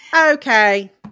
Okay